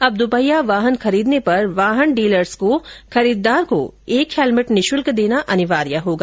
अब दुपहिया वाहन खरीदने पर वाहन डीलर्स को खरीददार को एक हैलमेट निःशुल्क देना अनिवार्य होगा